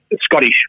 Scottish